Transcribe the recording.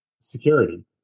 security